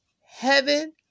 Heaven